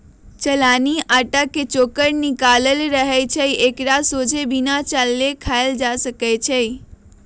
चलानि अटा के चोकर निकालल रहै छइ एकरा सोझे बिना चालले खायल जा सकै छइ